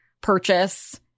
purchase